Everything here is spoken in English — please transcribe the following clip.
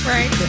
Right